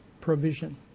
provision